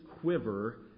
quiver